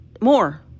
more